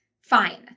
fine